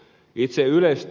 itse ylestä